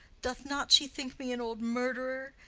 doth not she think me an old murtherer,